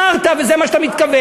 אמרת, וזה מה שאתה מתכוון.